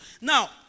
Now